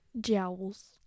Jowls